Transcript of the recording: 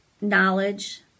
knowledge